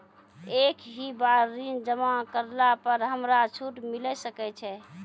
एक ही बार ऋण जमा करला पर हमरा छूट मिले सकय छै?